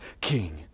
king